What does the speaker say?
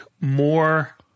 more